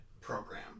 program